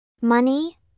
Money